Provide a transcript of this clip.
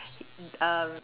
um